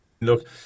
Look